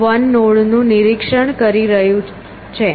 તે i l node નું નિરીક્ષણ કરી રહ્યું છે